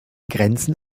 grenzen